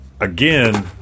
again